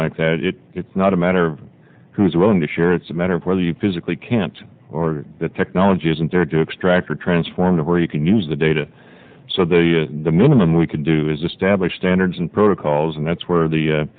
like that it's not a matter who is willing to share it's a matter of whether you physically can't or the technology isn't there to extract or transform the where you can use the data so that the minimum we can do is establish standards and protocols and that's where the